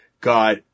got